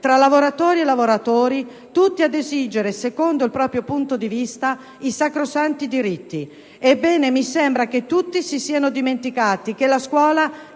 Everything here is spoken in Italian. tra lavoratori e lavoratori, tutti ad esigere, secondo il proprio punto di vista, il rispetto di sacrosanti diritti. Ebbene, mi sembra che tutti si siano dimenticati che la scuola